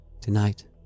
Tonight